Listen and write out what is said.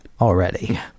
already